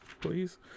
please